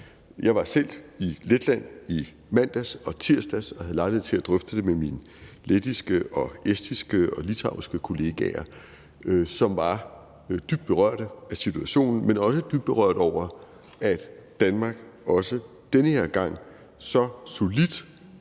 Jeg var selv i Letland i mandags og tirsdags og havde lejlighed til at drøfte det med mine lettiske, estiske og litauiske kollegaer, som var dybt berørt af situationen, men også dybt berørt over, at Danmark også den her gang så solidt